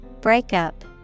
Breakup